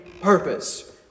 purpose